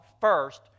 first